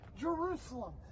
Jerusalem